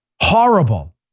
Horrible